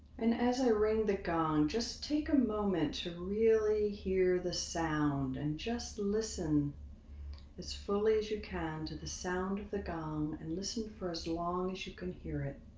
and as i ring the gong, just take a moment to really hear the sound and just listen as fully as you can to the sound of the gum and listen for as long as you can hear it.